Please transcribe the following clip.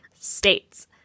states